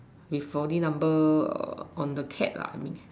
with four D number on the cat lah I mean